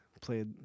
played